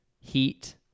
Heat